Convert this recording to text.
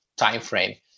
timeframe